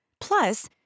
Plus